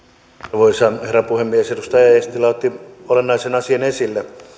arvoisa herra puhemies edustaja eestilä otti olennaisen asian esille